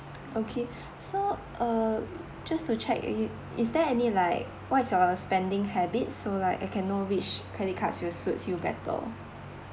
okay so uh just to check you is there any like what is your spending habits so like I can know which credit cards will suits you better